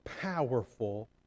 powerful